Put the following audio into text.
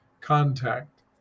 contact